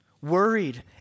Worried